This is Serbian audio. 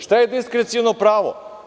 Šta je diskreciono pravo?